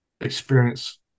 experience